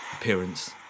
appearance